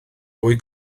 fwy